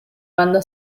banda